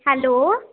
hello